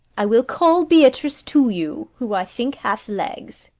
i will call beatrice to you, who i think hath legs.